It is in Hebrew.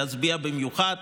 להצביע במיוחד.